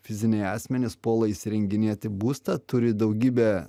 fiziniai asmenys puola įsirenginėti būstą turi daugybę